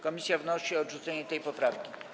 Komisja wnosi o odrzucenie tej poprawki.